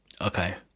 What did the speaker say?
Okay